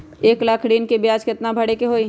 एक लाख ऋन के ब्याज केतना भरे के होई?